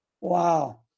Wow